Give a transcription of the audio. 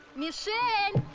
michel!